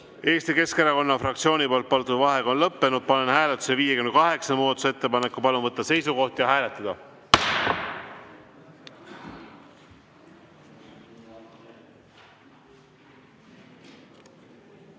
Eesti Keskerakonna fraktsiooni palutud vaheaeg on lõppenud. Panen hääletusele 58. muudatusettepaneku. Palun võtta seisukoht ja hääletada!